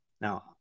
Now